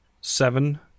seven